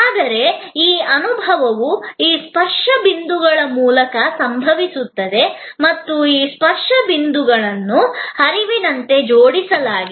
ಆದರೆ ಆ ಅನುಭವವು ಈ ಸ್ಪರ್ಶ ಬಿಂದುಗಳ ಮೂಲಕ ಸಂಭವಿಸುತ್ತದೆ ಮತ್ತು ಈ ಸ್ಪರ್ಶ ಬಿಂದುಗಳನ್ನು ಹರಿವಿನಂತೆ ಜೋಡಿಸಲಾಗಿದೆ